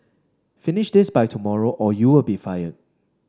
finish this by tomorrow or you'll be fired